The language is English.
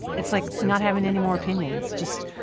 it's like not having any more opinions. just